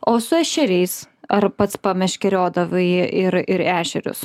o su ešeriais ar pats pameškeriodavai ir ir ešerius